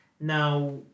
Now